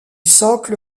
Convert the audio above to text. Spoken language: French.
socle